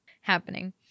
happening